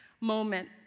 moment